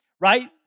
Right